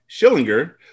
Schillinger –